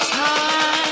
time